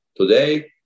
Today